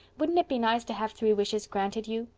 wouldn't it be nice to have three wishes granted you.